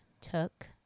took